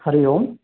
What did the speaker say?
हरिः ओम्